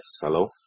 hello